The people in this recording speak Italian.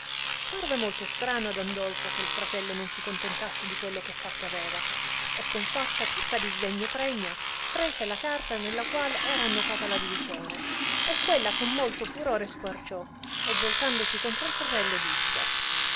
parve molto strano ad andolfo che fratello non si contentasse di quello che fatto aveva e con faccia tutta di sdegno pregna prese la carta nella qual era annotata la divisione e quella con molto furore squarciò e voltatosi contra il fratello disse